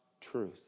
truth